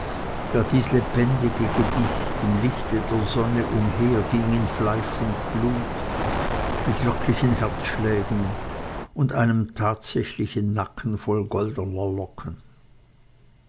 da dies lebendige gedicht im lichte der sonne umherging in fleisch und blut mit wirklichen herzschlägen und einem tatsächlichen nacken voll goldener locken